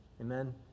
Amen